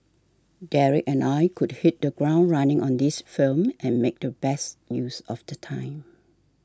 Derek and I could hit the ground running on this film and make the best use of the time